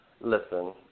Listen